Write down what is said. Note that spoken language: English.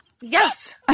Yes